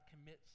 commits